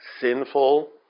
sinful